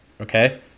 okay